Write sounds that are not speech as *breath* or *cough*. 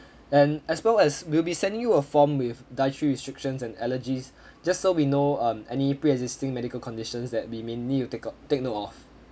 *breath* and as well as we'll be sending you a form with dietary restrictions and allergies just so we know um any pre-existing medical conditions that we may need to take up take note of